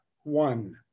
one